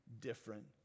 different